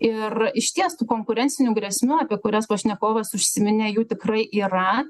ir išties tų konkurencinių grėsmių apie kurias pašnekovas užsiminė jų tikrai yra